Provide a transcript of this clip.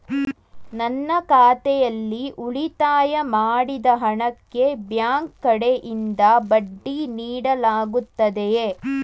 ನನ್ನ ಖಾತೆಯಲ್ಲಿ ಉಳಿತಾಯ ಮಾಡಿದ ಹಣಕ್ಕೆ ಬ್ಯಾಂಕ್ ಕಡೆಯಿಂದ ಬಡ್ಡಿ ನೀಡಲಾಗುತ್ತದೆಯೇ?